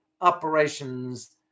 operations